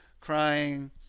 crying